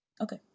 Okay